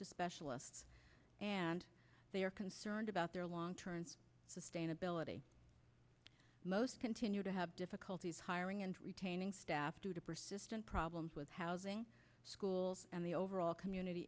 to specialists and they are concerned about their long term sustainability most continue to have difficulties hiring and retaining staff due to persistent problems with housing schools and the overall community